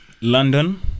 London